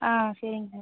ஆ சரிங்க சார்